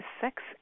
sex